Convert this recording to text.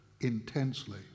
intensely